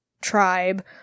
tribe